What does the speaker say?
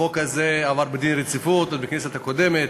החוק הזה עבר דין רציפות, הוא הוגש בכנסת הקודמת,